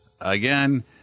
again